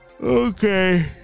Okay